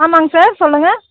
ஆமாங்க சார் சொல்லுங்கள்